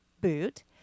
boot